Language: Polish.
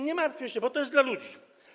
Nie martwcie się, bo to jest dla ludzi.